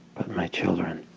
but my children